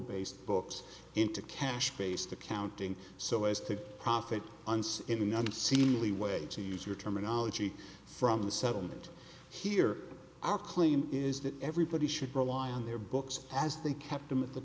based books into cash based accounting so as to profit unseen in the unseemly way to use your terminology from the settlement here our claim is that everybody should rely on their books as they kept them at the